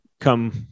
come